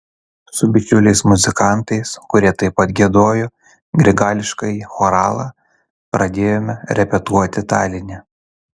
su bičiuliais muzikantais kurie taip pat giedojo grigališkąjį choralą pradėjome repetuoti taline